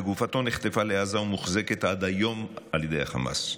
וגופתו נחטפה לעזה ומוחזקת עד היום על ידי החמאס.